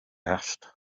asked